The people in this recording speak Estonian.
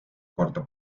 korda